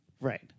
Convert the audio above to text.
right